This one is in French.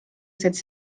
cette